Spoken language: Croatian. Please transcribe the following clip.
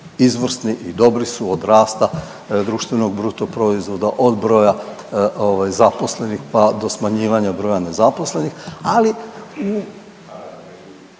izvrsni i dobri su od rasta BDP-a, od broja ovaj, zaposlenih do smanjivanja broja nezaposlenih,